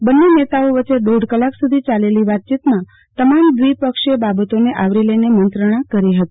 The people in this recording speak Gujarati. બંને નેતાઓએ દોઢ કલાક સુધી ચાલેલી વાતચીતમાં તમામ દ્વિપક્ષીય બાબતોને આવરી લઈને મંત્રણા કરી હતી